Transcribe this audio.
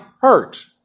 hurt